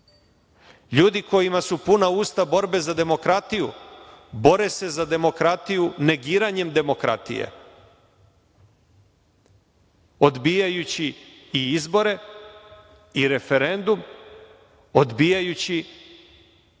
Ljudi kojima su puna usta borbe za demokratiju bore se za demokratiju negiranjem demokratije, odbijajući i izbore i referendum, odbijajući